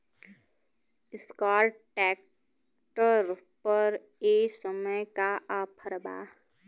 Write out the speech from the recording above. Escort tractor पर ए समय का ऑफ़र बा?